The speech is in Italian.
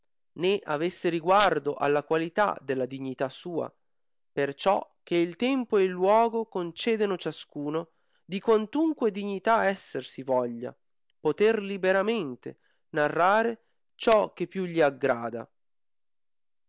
né avesse riguardo alla qualità della dignità sua perciò che il tempo ed il luogo concedeno ciascuno di qualunque dignità esser si voglia poter liberamente narrare ciò che più gli aggrada